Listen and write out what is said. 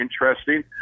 interesting